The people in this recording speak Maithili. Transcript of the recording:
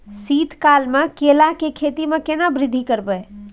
शीत काल मे केला के खेती में केना वृद्धि करबै?